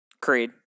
Creed